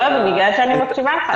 בגלל שאני מקשיבה לך.